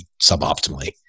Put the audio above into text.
suboptimally